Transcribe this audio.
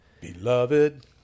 Beloved